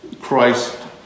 Christ